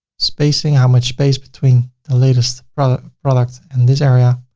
spacing, how much space between the latest product product and this area?